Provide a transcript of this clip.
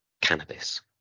cannabis